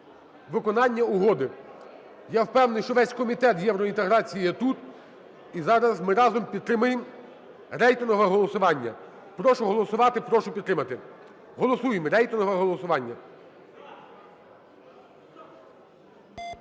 виконання угоди. Я впевнений, що весь Комітет з євроінтеграції є тут і зараз ми разом підтримаємо рейтингове голосування. Прошу голосувати, прошу підтримати. Голосуємо, рейтингове голосування.